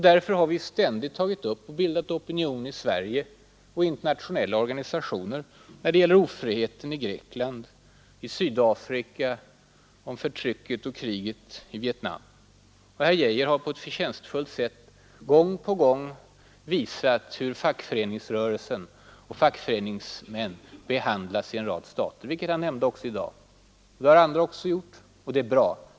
Därför har vi ständigt bildat opinion i Sverige och i internationella organisationer när det t.ex. gällt ofriheten i Grekland och i Sydafrika, förtrycket och kriget i Vietnam. Herr Geijer har på ett förtjänstfullt sätt gång på gång visat hur fackföreningsrörelsen och fackföreningsmän behandlats i en rad stater, vilket han nämnde även i dag. Det har andra också gjort, och det är bra.